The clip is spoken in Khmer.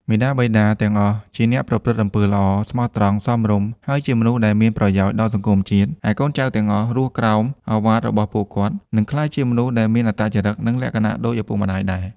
មាតាបិតា ទាំងអស់ជាអ្នកប្រព្រឹត្តអំពើល្អ ស្មោះត្រង់ សមរម្យ ហើយជាមនុស្សដែលមានប្រយោជន៍ដល់សង្គមជាតិ ឯកូនចៅទាំងអស់រស់ក្រោមឱវាទរបស់ពួកគាត់ និងក្លាយជាមនុស្សដែលមានអត្តចរឹក និងលក្ខណៈដូចឱពុកម្ដាយដែរ។